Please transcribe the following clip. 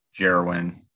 Jerwin